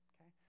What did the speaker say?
Okay